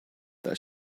that